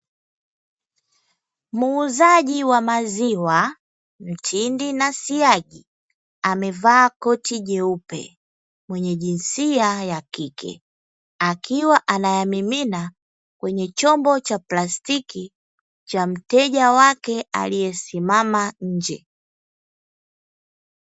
Muuzaji wa maziwa, mtindi na siagi amevaa koti jeupe mwenye jinsia ya kike, akiwa anayamimina kwenye chombo cha plastiki cha mteja wake aliyesimama nje.